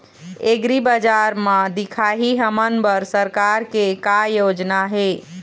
एग्रीबजार म दिखाही हमन बर सरकार के का योजना हे?